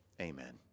Amen